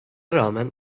rağmen